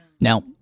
now